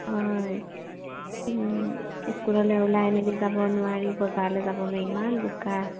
অ স্কুললৈ ওলাই মেলি যাব নোৱাৰি বজাৰলৈ যাব নোৱাৰি ইমান বোকা